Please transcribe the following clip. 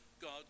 God